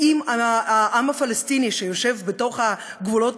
עם העם הפלסטיני שיושב בתוך הגבולות